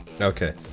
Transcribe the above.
okay